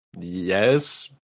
Yes